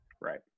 Right